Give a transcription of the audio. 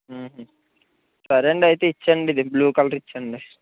సరే అండి అయితే ఇవ్వండి బ్లూ కలర్ ఇవ్వండి